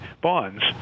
bonds